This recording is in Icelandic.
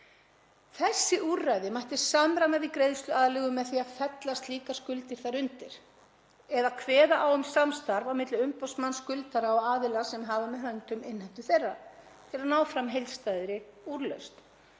Þessi úrræði mætti samræma við greiðsluaðlögun með því að fella slíkar skuldir þar undir eða kveða á um samstarf á milli umboðsmanns skuldara og aðila sem hafa með höndum innheimtu þeirra til að ná fram heildstæðri úrlausn.